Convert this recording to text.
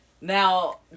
Now